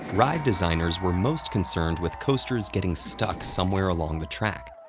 ride designers were most concerned with coasters getting stuck somewhere along the track.